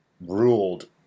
ruled